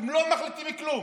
אתם לא מחליטים כלום,